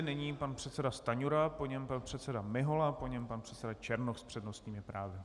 Nyní pan předseda Stanjura, po něm pan předseda Mihola, po něm pan předseda Černoch s přednostními právy.